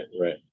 Right